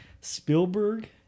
Spielberg